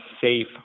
safe